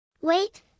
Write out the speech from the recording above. Wait